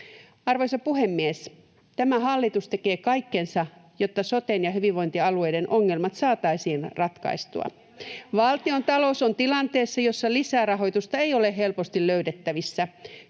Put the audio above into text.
Arvoisa puhemies! Tämä hallitus tekee kaikkensa, jotta soten ja hyvinvointialueiden ongelmat saataisiin ratkaistua. Valtiontalous on tilanteessa, jossa lisärahoitusta ei ole helposti löydettävissä.